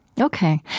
Okay